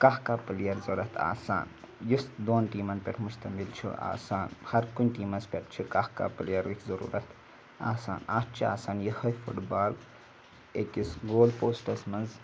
کَہہ کَہہ پٕلیر ضوٚرَتھ آسان یُس دۄن ٹیٖمَس پٮ۪ٹھ مُشتٔمِل چھُ آسان ہرکُنہِ ٹیٖمَس پٮ۪ٹھ چھُ کَہہ کَہہ پٕلیرٕکۍ ضٔروٗرت آسان اَتھ چھِ آسان یِہٕے فُٹ بال أکِس گول پوسٹَس منٛز